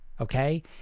okay